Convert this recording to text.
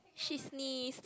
she's missed